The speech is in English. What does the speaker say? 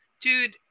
Dude